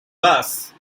bus